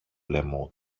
λαιμό